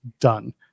done